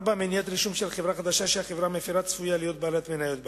4. מניעת רישום של חברה חדשה שהחברה המפירה צפויה להיות בעלת מניות בה.